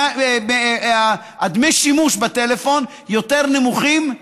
דמי השימוש בטלפון יותר נמוכים,